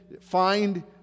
find